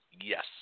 Yes